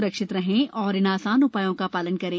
सुरक्षित रहें और इन आसान उ ायों का शालन करें